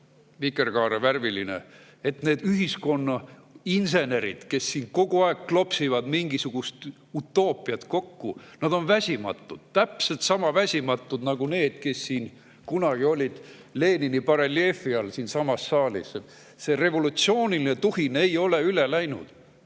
vikerkaarevärviline. Need ühiskonna insenerid, kes siin kogu aeg klopsivad mingisugust utoopiat kokku, on väsimatud. Täpselt sama väsimatud nagu need, kes kunagi olid Lenini bareljeefi all siinsamas saalis. See revolutsiooniline tuhin ei ole üle läinud.